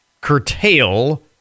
curtail